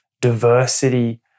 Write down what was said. diversity